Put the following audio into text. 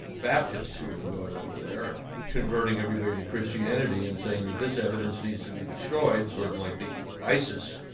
baptists who have been going over there and converting everybody to christianity and saying that this evidence needs to be destroyed, sort of like the isis